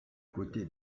côté